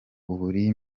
hamwe